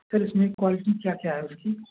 sir इसमें quality क्या क्या है उसकी